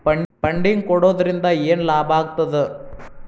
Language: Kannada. ಫಂಡಿಂಗ್ ಕೊಡೊದ್ರಿಂದಾ ಏನ್ ಲಾಭಾಗ್ತದ?